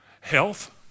health